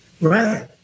Right